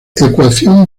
ecuación